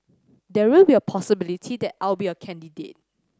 there will be a possibility that I'll be a candidate